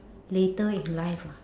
later in life ah